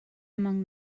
among